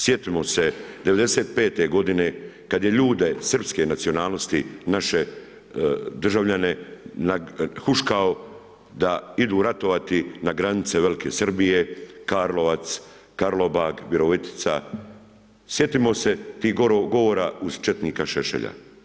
Sjetimo se '95. godine kada je ljude Srpske nacionalnosti naše državljane huškao da idu ratovati na granice Velike Srbije, Karlovac, Karlobag, Virovitica, sjetimo se tih govora uz četnika Šešelja.